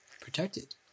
protected